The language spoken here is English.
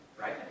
Right